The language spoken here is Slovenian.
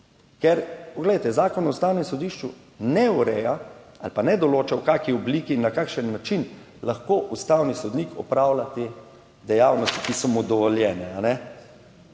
Ker poglejte, Zakon o Ustavnem sodišču ne ureja ali pa ne določa v kakšni obliki in na kakšen način lahko ustavni sodnik opravlja te dejavnosti, ki so mu dovoljene.